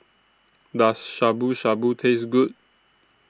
Does Shabu Shabu Taste Good